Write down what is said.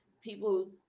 people